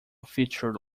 feature